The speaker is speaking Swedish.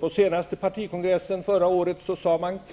På den senaste partikongressen förra året sade diktaturregimens